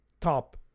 top